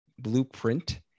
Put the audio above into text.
blueprint